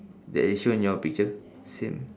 that is shown in your picture same